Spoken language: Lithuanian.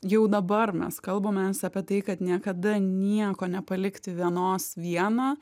jau dabar mes kalbamės apie tai kad niekada nieko nepalikti vienos vieną